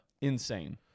Insane